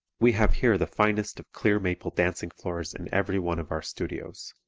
we have here the finest of clear-maple dancing floors in every one of our studios.